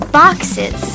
boxes